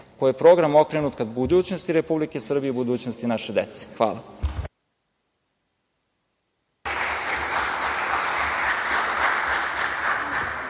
koji je okrenut ka budućnosti Republike Srbije i budućnosti naše dece. Zahvaljujem.